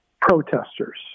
protesters